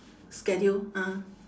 schedule ah